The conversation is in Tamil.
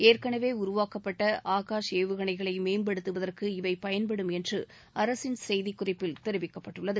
ஏற்கனவே உருவாக்கப்பட்ட ஆகாஷ் ஏவுகணைகளை மேம்படுத்துவதற்கு இவை பயன்படும் என்று அரசின் செய்திக்குறிப்பில் தெரிவிக்கப்பட்டுள்ளது